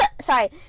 Sorry